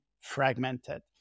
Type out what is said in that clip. fragmented